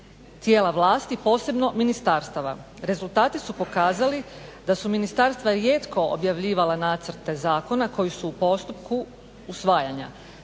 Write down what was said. tijela vlasti, posebno ministarstava. Rezultati su pokazali da su ministarstva rijetko objavljivala nacrte zakona koji su u postupku usvajanja,